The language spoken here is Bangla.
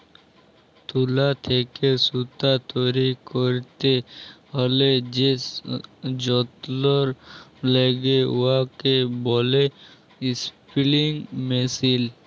তুলা থ্যাইকে সুতা তৈরি ক্যইরতে হ্যলে যে যল্তর ল্যাগে উয়াকে ব্যলে ইস্পিলিং মেশীল